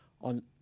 on